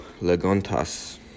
legontas